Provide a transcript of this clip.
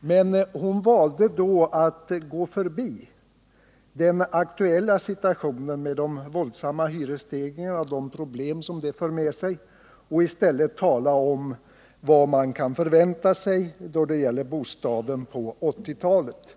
men hon valde då att gå förbi den aktuella situationen med de våldsamma hyresstegringarna och de problem som dessa för med sig. Hon talade i stället om vad man kan förvänta sig då det gäller bostaden på 1980 talet.